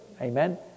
Amen